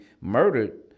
murdered